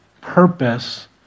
purpose